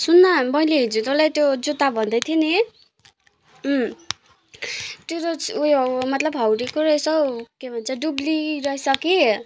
सुन् न मैले हिजो तँलाई त्यो जुत्ता भन्दै थिएँ नि त्यो त ऊ यो मतलब हाउडेको रहेछ हौ के भन्छ डुब्ली रहेछ कि